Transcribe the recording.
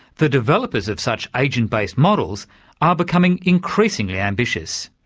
the developers of such agent-based models are becoming increasing ambitious.